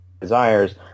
desires